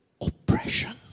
oppression